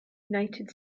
united